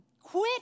quit